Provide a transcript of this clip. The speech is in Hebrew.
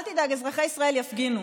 גם בסגר מותר להפגין.